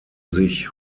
sich